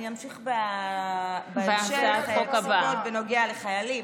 אני אמשיך בהמשך עם פסיקות בנוגע לחיילים,